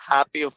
Happy